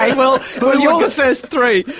um well well you're the first three.